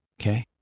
Okay